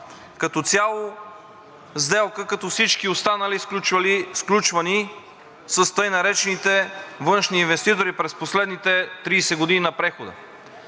Като цяло е сделка като всички останали, сключвани с тъй наречените външни инвеститори през последните 30 години на прехода.